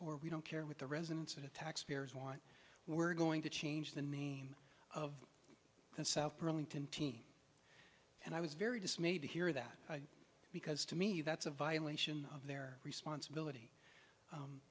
or we don't care what the residents of the taxpayers want we're going to change the name of the south burlington team and i was very dismayed to hear that because to me that's a violation of their responsibility